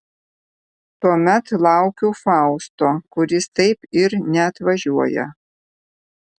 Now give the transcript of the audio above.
tuomet laukiu fausto kuris taip ir neatvažiuoja